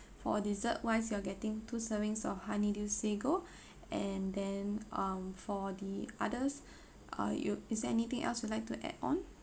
for dessert wise you're getting two servings of honeydew sago and then um for the others uh you is there anything else you'd like to add on